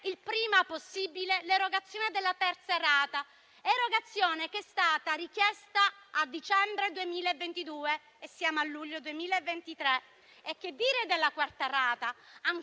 prima possibile l'erogazione della terza rata, che è stata richiesta a dicembre 2022, mentre siamo a luglio 2023. Che dire della quarta rata? Ancora